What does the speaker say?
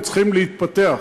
הם צריכים להתפתח,